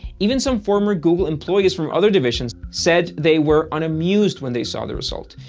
even some former google employees from other divisions said they were unamused when they saw the result.